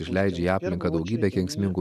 išleidžia į aplinką daugybę kenksmingų